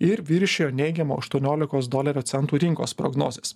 ir viršijo neigiamo aštuoniolikos dolerio centų rinkos prognozes